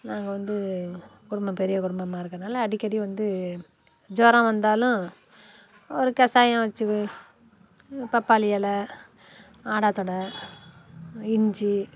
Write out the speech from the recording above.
நாங்கள் வந்து குடும்பம் பெரிய குடும்பமாக இருக்கனால அடிக்கடி வந்து ஜுரம் வந்தாலும் ஒரு கசாயம் வச்சு பப்பாளி இல ஆடாத்தொட இஞ்சி